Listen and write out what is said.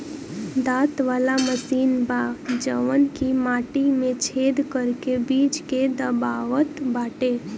दांत वाला मशीन बा जवन की माटी में छेद करके बीज के दबावत बाटे